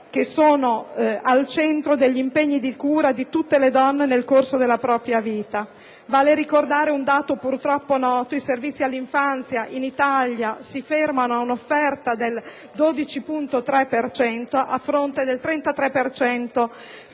che sono al centro degli impegni di cura di tutte le donne nel corso della propria vita. Vale ricordare un dato purtroppo noto: i servizi all'infanzia in Italia si fermano ad un'offerta del 12.3 per cento, a fronte